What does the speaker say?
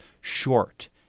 short –